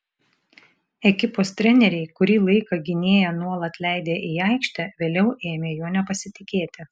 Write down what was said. ekipos treneriai kurį laiką gynėją nuolat leidę į aikštę vėliau ėmė juo nepasitikėti